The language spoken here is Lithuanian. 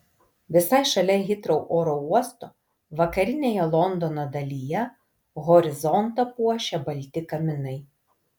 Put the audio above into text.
visai šalia hitrou oro uosto vakarinėje londono dalyje horizontą puošia balti kaminai